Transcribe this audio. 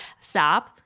Stop